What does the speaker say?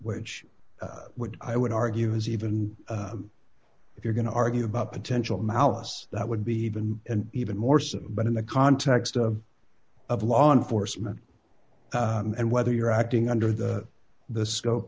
would i would argue is even if you're going to argue about potential malice that would be even even more so but in the context of of law enforcement and whether you're acting under the the scope